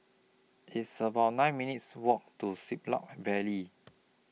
It's about nine minutes' Walk to Siglap Valley